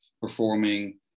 performing